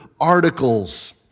articles